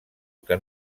que